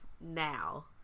now